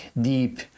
deep